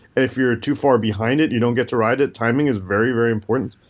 if you're too far behind it, you don't get to ride it. timing is very very important.